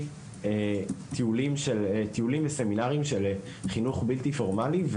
טיולים וסמינרים של חינוך בלתי פורמלי.